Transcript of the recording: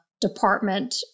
department